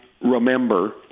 remember